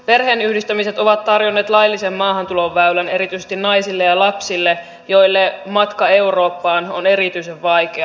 perheenyhdistämiset ovat tarjonneet laillisen maahantuloväylän erityisesti naisille ja lapsille joille matka eurooppaan on erityisen vaikea